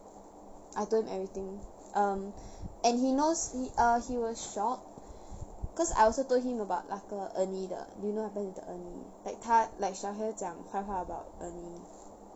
I told him everything um and he knows he ah he was shocked cause I also told him about 那个 ernie 的 you know what happened with the ernie like 她 like shahil 讲坏话 about ernie